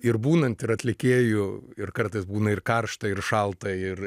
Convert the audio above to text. ir būnant ir atlikėju ir kartais būna ir karšta ir šalta ir